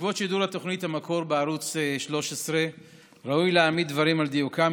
בעקבות שידור תוכנית "המקור" בערוץ 13 ראוי להעמיד דברים על דיוקם,